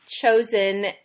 chosen